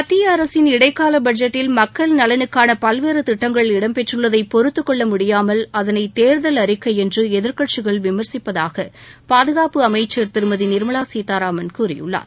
மத்திய அரசின் இடைக்கால பட்ஜெட்டில் மக்கள் நலனுக்கான பல்வேறு திட்டங்கள் இடம்பெற்றுள்ளதை பொறுத்துக்கொள்ள முடியாமல் அதனை தேர்தல் அறிக்கை என்று எதிர்க்கட்சிகள் விமர்சிப்பதாக பாதுகாப்பு அமைச்சர் திருமதி நிர்மலா சீதாராமன் கூறியுள்ளார்